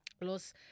Los